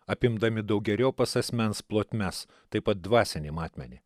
apimdami daugeriopas asmens plotmes taip pat dvasinį matmenį